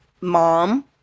Mom